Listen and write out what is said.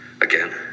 again